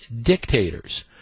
dictators